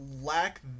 lack